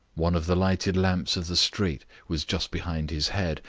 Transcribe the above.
one of the lighted lamps of the street was just behind his head,